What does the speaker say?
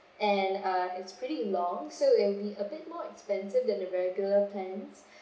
and uh it's pretty long so it will be a bit more expensive than the regular plans